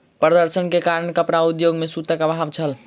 प्रदर्शन के कारण कपड़ा उद्योग में सूतक अभाव छल